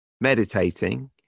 meditating